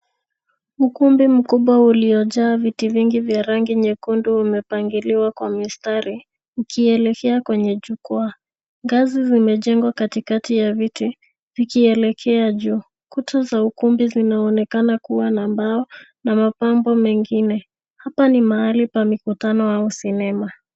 Ukumbi mkubwa uliojaa viti vingi vya rangi nyekundu vimepangiliwa kwa mistari, vikielekea kwenye jukwaa. Ngazi zimejengwa katikati ya viti vikielekea juu. Kuta za ukumbi zinaonekana kuwa na mbao na mapambo mengine. Hapa ni mahali pa mikutano au sinema.